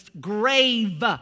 grave